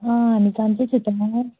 हामी सन्चै छ त भन न